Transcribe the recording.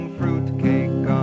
fruitcake